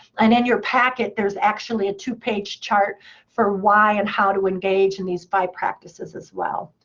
and in your packet, there's actually a two-page chart for why and how to engage in these five practices as well.